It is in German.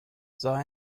sah